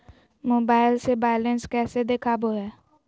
Mobile से balance कैसे देखाबो है?